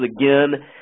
again